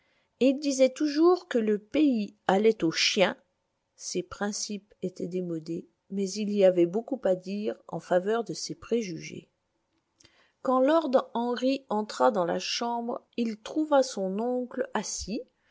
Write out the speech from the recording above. et il disait toujours que le pays allait aux chiens ses principes étaient démodés mais il y avait beaucoup à dire en faveur de ses préjugés quand lord henry entra dans la chambre il trouva son oncle assis